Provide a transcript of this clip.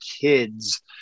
kids